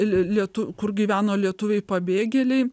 l l lietu kur gyveno lietuviai pabėgėliai